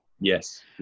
yes